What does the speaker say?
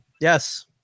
Yes